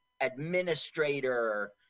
administrator